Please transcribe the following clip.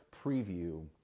preview